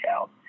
out